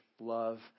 love